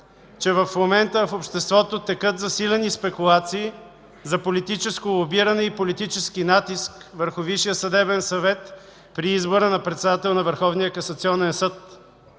че в момента в обществото текат засилени спекулации за политическо лобиране и политически натиск върху Висшия съдебен съвет при избора на председател на